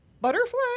butterfly